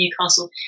Newcastle